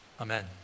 Amen